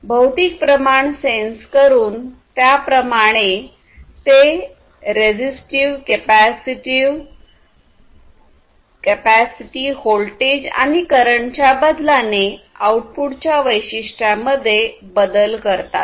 भौतिक प्रमाण सेन्स करून त्याप्रमाणे ते रेझीटीव्ह कपॅसिटीव कपॅसिटी होल्टेज आणि करंटच्या बदलाने आउटपुटपटच्या वैशिष्ट्या मध्ये बदल करतात